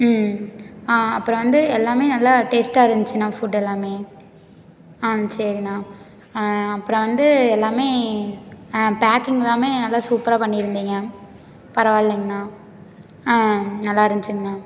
ம் அப்புறம் வந்து எல்லாம் நல்லா டேஸ்ட்டாக இருந்துச்சுண்ணா ஃபுட் எல்லாம் ஆ சரிண்ணா அப்புறம் வந்து எல்லாம் ஆ பேக்கிங்லாம் நல்லா சூப்பராக பண்ணிருந்தீங்க பரவாயில்லைங்ண்ணா ஆ நல்லாயிருந்துச்சுங்ண்ணா